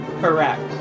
correct